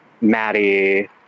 Maddie